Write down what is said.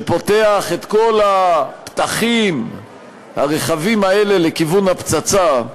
שפותח את כל הפתחים הרחבים האלה לכיוון הפצצה,